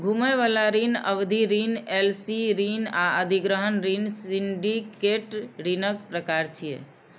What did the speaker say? घुमै बला ऋण, सावधि ऋण, एल.सी ऋण आ अधिग्रहण ऋण सिंडिकेट ऋणक प्रकार छियै